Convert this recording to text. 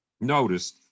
noticed